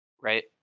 Right